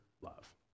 love